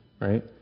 Right